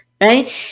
right